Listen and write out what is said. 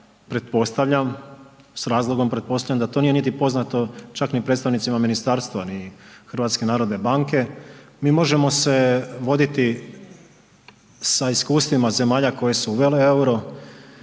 s razlogom pretpostavljam da to nije niti poznato čak ni predstavnicima ministarstva ni HNB-a. Mi možemo se voditi sa iskustvima zemalja koje su uvele euro.